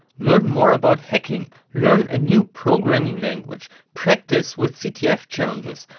learn more about hacking, learn a new programming language, practice with ctf challenges,